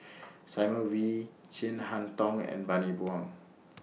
Simon Wee Chin Harn Tong and Bani Buang